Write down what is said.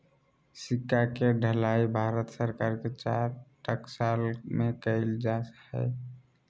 सिक्का के ढलाई भारत सरकार के चार टकसाल में कइल जा हइ